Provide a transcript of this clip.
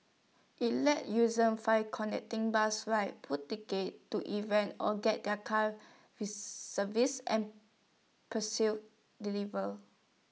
IT lets users find connecting bus rides book tickets to events or get their cars serviced and pursue delivered